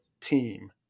team